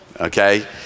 okay